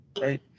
Right